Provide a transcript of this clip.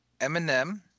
Eminem